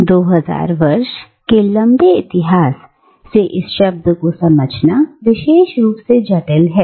और 2000 वर्ष के लंबे इतिहास से इस शब्द को समझना विशेष रूप से जटिल है